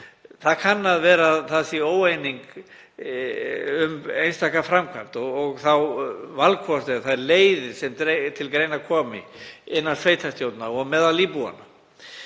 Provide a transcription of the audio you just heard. Það kann að vera að óeining sé um einstaka framkvæmd og þá valkosti og þær leiðir sem til greina koma innan sveitarstjórna og meðal íbúanna.